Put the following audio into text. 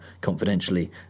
confidentially